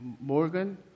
Morgan